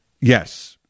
yes